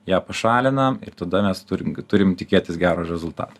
ją pašalinam ir tada mes turim turim tikėtis gero rezultato